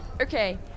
Okay